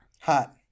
Hot